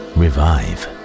revive